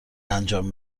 انجام